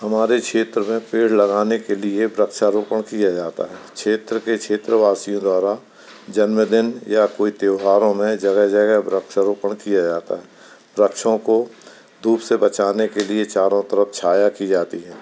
हमारे क्षेत्र में पेड़ लगाने के लिए वृक्षारोपण किया जाता है क्षेत्र के क्षेत्रवासी द्वारा जन्मदिन या कोई त्योहारों में जगह जगह वृक्षारोपण किया जाता है वृक्षों को धूप से बचाने के लिए चारों तरफ छाया की जाती है